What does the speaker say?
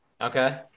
Okay